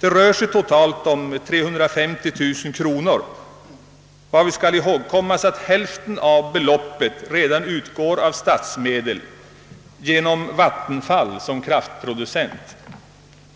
Det rör sig totalt om 350 000 kronor, och då bör ihågkommas att hälften av beloppet redan utgår av statsmedel genom Vattenfall som kraftproducent.